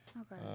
Okay